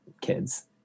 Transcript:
kids